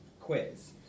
quiz